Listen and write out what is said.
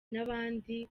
n’abandi